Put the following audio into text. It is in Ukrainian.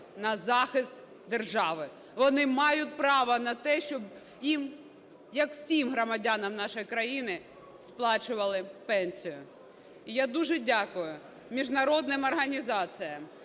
на захист держави. Вони мають право на те, щоб їм, як всім громадянам нашої країни, сплачували пенсію. І я дуже дякую міжнародним організаціям,